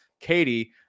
Katie